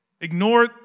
Ignore